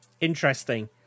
interesting